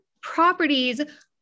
properties